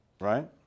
Right